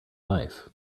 life